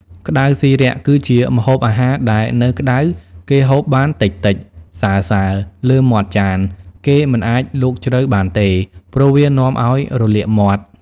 ក្ដៅស៊ីរាក់ គីជាម្ហូបអាហារដែលនៅក្តៅ គេហូបបានតិចៗ សើៗ លើមាត់ចាន គេមិនអាចលូកជ្រៅ បានទេ ព្រោះវានាំឲ្យរលាកមាត់។